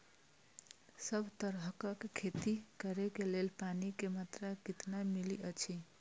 सब तरहक के खेती करे के लेल पानी के मात्रा कितना मिली अछि?